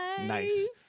Nice